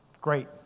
Great